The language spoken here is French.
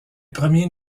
premiers